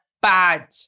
Bad